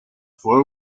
fue